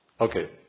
Okay